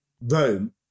Rome